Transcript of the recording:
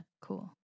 cool